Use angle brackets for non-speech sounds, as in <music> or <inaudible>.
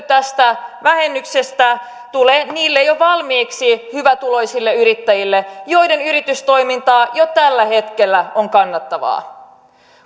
<unintelligible> tästä vähennyksestä tulee niille jo valmiiksi hyvätuloisille yrittäjille joiden yritystoiminta jo tällä hetkellä on kannattavaa